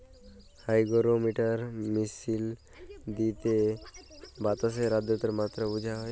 hygrometer মিশিল দিঁয়ে বাতাসের আদ্রতার মাত্রা বুঝা হ্যয়